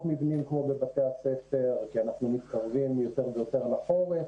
מבנים כמו בבתי הספר כי אנחנו מתקרבים יותר ויותר לחורף